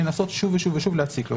לנסות שוב ושוב להציק לו.